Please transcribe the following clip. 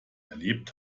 erlebt